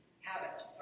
habits